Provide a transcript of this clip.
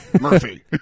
Murphy